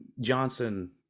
Johnson